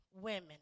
women